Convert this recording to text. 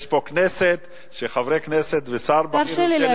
יש פה כנסת עם חברי כנסת ושר בכיר בממשלת,